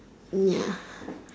ya